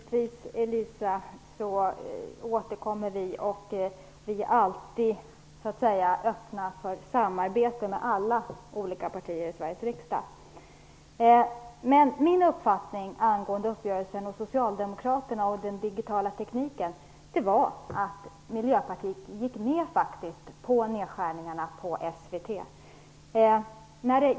Herr talman! Givetvis återkommer vi om detta, Elisa Abascal Reyes. Vi är alltid öppna för samarbete med alla partier i Sveriges riksdag. Min uppfattning om uppgörelsen om den digitala tekniken med socialdemokraterna var att Miljöpartiet faktiskt gick med på nedskärningarna inom SVT.